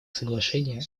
соглашение